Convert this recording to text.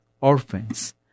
orphans